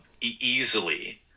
easily